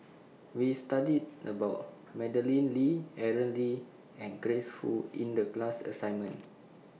We studied about Madeleine Lee Aaron Lee and Grace Fu in The class assignment